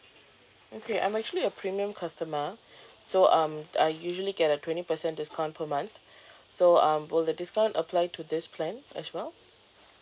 okay I'm actually a premium customer so um I usually get a twenty percent discount per month so um will the discount apply to this plan as well